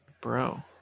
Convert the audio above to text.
Bro